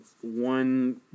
one